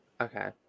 Okay